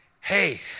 Hey